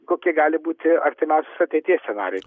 kokie gali būti artimiausios ateities scenarijai